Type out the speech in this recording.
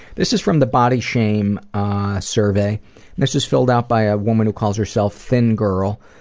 this is from the body shame ah survey this is filled out by a woman who calls herself thin girl,